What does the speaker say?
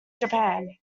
japan